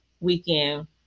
weekend